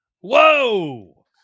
whoa